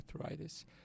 arthritis